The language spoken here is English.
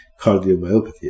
cardiomyopathy